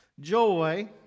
joy